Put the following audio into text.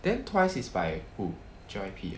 then twice is by who J_Y_P ah